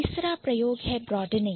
तीसरा प्रयोग है Broadening ब्रॉडेनिंग